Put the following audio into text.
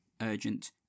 Urgent